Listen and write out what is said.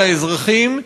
יודעים.